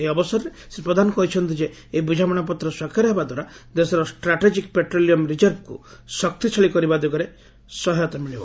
ଏହି ଅବସରରେ ଶ୍ରୀ ପ୍ରଧାନ କହିଛନ୍ତି ଯେ ଏହି ବୁଝାମଣାପତ୍ର ସ୍ୱାକ୍ଷର ହେବା ଦ୍ୱାରା ଦେଶରେ ଦେଶର ଷ୍ଟ୍ରାଟେଜିକ୍ ପେଟ୍ରୋଲିୟମ୍ ରିଜର୍ଭକୁ ଶକ୍ତିଶାଳୀ କରିବା ଦିଗରେ ସହାୟତା ମିଳିବ